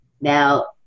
Now